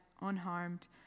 unharmed